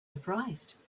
surprised